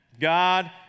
God